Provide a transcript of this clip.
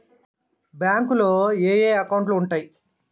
బ్యాంకులో ఏయే అకౌంట్లు ఉంటయ్?